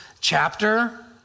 chapter